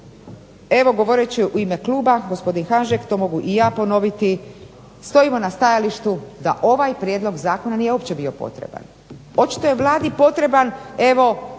govoreći u ime kluba, gospodine Hanžek to mogu i ja ponoviti, stojimo na stajalištu da ovaj prijedlog zakona nije uopće bio potreban. Očito je Vladi potreban sav